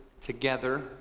together